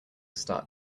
start